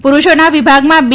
પુરૂષોના વિભાગમાં બી